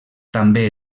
també